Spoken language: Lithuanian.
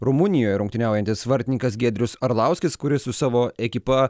rumunijoj rungtyniaujantis vartininkas giedrius arlauskis kuris su savo ekipa